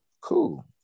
Cool